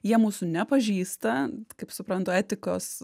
jie mūsų nepažįsta kaip suprantu etikos